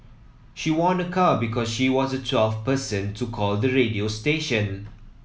she won a car because she was the twelfth person to call the radio station